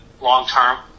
long-term